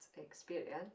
experience